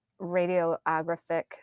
radiographic